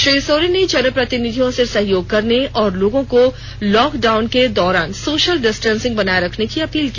श्री सोरेन ने जनप्रतिनिधियों से सहयोग करने और लोगों को लॉकडाउन के दौरान सोषल डिस्टैंसिंग बनाए रखने की अपील की